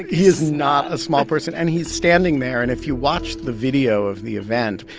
he is not a small person. and he's standing there. and if you watch the video of the event,